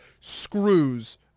screws